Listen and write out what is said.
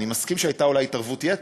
אני מסכים אולי שהייתה התערבות יתר,